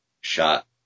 shot